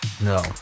No